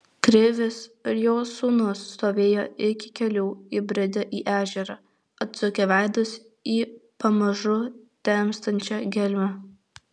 krivis ir jo sūnus stovėjo iki kelių įbridę į ežerą atsukę veidus į pamažu temstančią gelmę